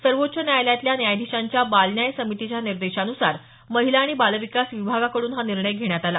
सर्वोच्च न्यायालयातल्या न्यायाधीशांच्या बाल न्याय समितीच्या निर्देशानुसार महिला आणि बाल विकास विभागाकडून हा निर्णय घेण्यात आला